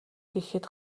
гэхэд